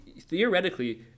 theoretically